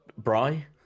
Bry